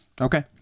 Okay